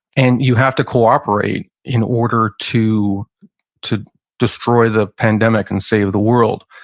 and you have to cooperate in order to to destroy the pandemic and save the world.